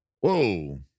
Whoa